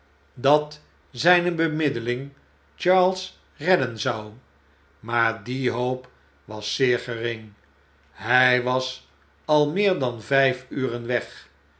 dat zijne bemiddeling charles redden zou maar die hoop was zeer gering hij was al meer dan vjjfuren weg